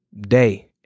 day